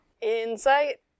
Insight